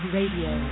Radio